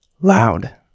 loud